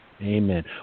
Amen